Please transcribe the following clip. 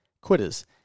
Quitters